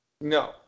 No